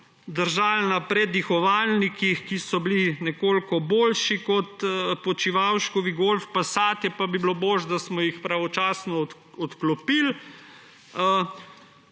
držali na predihovalnikih, ki so bili nekoliko boljši kot Počivalškovi golfi, passati, pa bi bilo boljše, da bi jih pravočasno odklopili